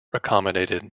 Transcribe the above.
accommodated